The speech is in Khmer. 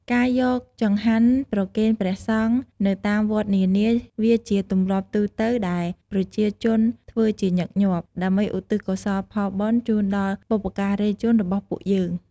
ការយកចង្កាន់ប្រគេនព្រះសង្ឃនៅតាមវត្តនានាវាជាទម្លាប់ទូទៅដែលប្រជាជនធ្វើជាញឺកញាប់ ដើម្បីឧទ្ទិសកុសលផលបុណ្យជូនដល់បុព្វការីជនរបស់ពួកយើង។